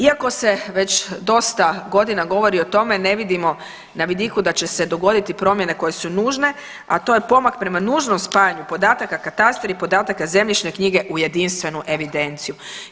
Iako se već dosta godina govori o tome ne vidimo na vidiku da će se dogoditi promjene koje su nužne, a to je pomak prema nužnom spajanju podataka katastra i podataka Zemljišne knjige u jedinstvenu evidenciju.